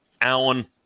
Allen